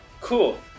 cool